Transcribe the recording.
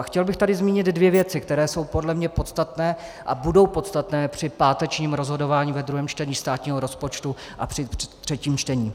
A chtěl bych tady zmínit dvě věci, které jsou podle mě podstatné a budou podstatné při pátečním rozhodování ve druhém čtení státního rozpočtu a při třetím čtení.